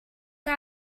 que